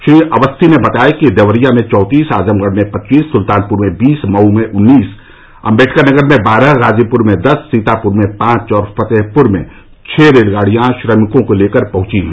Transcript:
श्री अवस्थी ने बताया कि देवरिया में चौंतीस आजमगढ़ में पच्चीस सुल्तानपुर में बीस मऊ में उन्नीस अम्बेडकर नगर में बारह गाजीपुर में दस सीतापुर में पांच और फतेहपुर में छः रेलगाड़ियां श्रमिकों को लेकर पहुंची हैं